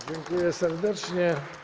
Dziękuję serdecznie.